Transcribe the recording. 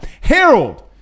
Harold